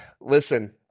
Listen